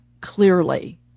clearly